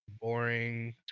boring